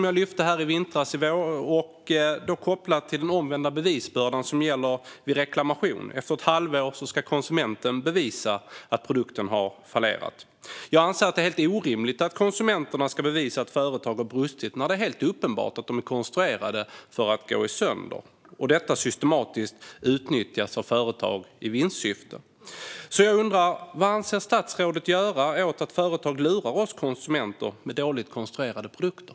Jag lyfte upp denna fråga i vintras kopplat till den omvända bevisbörda som gäller vid reklamation. Efter ett halvår ska konsumenten bevisa att produkten har fallerat. Jag anser att det är helt orimligt att konsumenter ska bevisa att företag har brustit när det är helt uppenbart att produkter är konstruerade för att gå sönder, vilket systematiskt utnyttjas av företag i vinstsyfte. Vad avser statsrådet att göra åt att företag lurar oss konsumenter med dåligt konstruerade produkter?